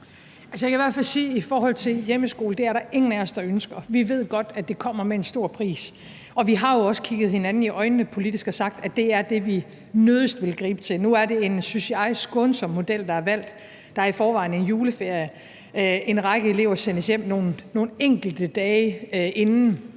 i forhold til hjemmeskole, at det er der ingen af os, der ønsker. Vi ved godt, at det kommer med en stor pris. Og vi har jo også kigget hinanden i øjnene politisk og sagt, at det er det, vi nødigst vil gribe til. Nu er det en, synes jeg, skånsom model, der er valgt, for der er i forvejen en juleferie. En række elever sendes hjem nogle enkelte dage inden